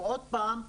ועוד פעם,